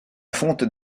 fonte